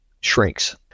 shrinks